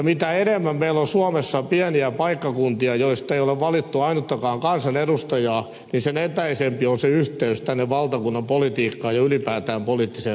mitä enemmän meillä on suomessa pieniä paikkakuntia joista ei ole valittu ainuttakaan kansanedustajaa sen etäisempi on yhteys tänne valtakunnan politiikkaan ja ylipäätään poliittiseen päätöksentekoon